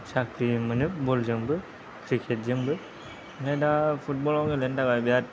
साख्रि मोनो बलजोंबो क्रिकेटजोंबो ओमफ्राय दा फुटबलाव गेलेनो थाखाय बिराद